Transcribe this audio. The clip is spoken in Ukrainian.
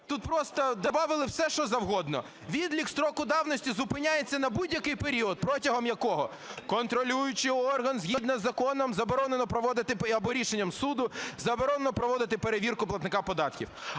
тут просто добавили все, що завгодно. Відлік строку давності зупиняється на будь-який період, протягом якого контролюючий орган згідно з законом… заборонено проводити, або рішенням суду,